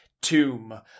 tomb